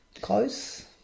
Close